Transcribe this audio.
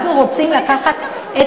היא בין כך ובין כך מבודלת.